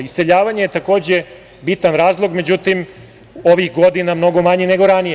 Iseljavanje je takođe bitan razlog, međutim, ovih godina mnogo manje nego ranije.